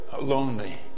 lonely